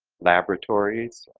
laboratories,